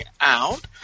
out